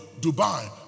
Dubai